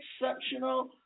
exceptional